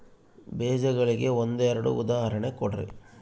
ಬೇಜಗಳಿಗೆ ಒಂದೆರಡು ಉದಾಹರಣೆ ಕೊಡ್ರಿ?